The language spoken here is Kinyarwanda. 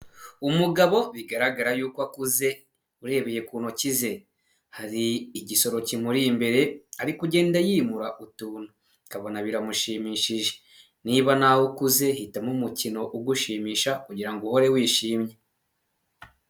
Umugabo bigaragara yuko akuze, urebeye ku ntoki ze, hari igishoro kimuri imbere, Ari kugenda yimura utuntu. Ukabona biramushimishije. Niba nawe ukuze, hitamo umukino ugushimisha, kugira ngo uhore wishimye.